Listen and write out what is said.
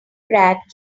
brad